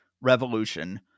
revolution